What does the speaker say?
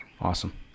Awesome